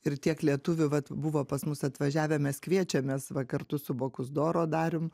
ir tiek lietuvių vat buvo pas mus atvažiavę mes kviečiamės va kartu su bokus doro darium